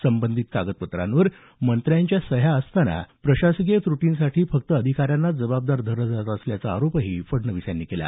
संबंधित कागदपत्रांवर मंत्र्यांच्या सह्या असताना प्रशासकीय त्र्टींसाठी फक्त अधिकाऱ्यांनाच जबाबदार धरलं जात असल्याचा आरोपही फडणवीस यांनी केला